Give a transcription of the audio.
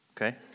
Okay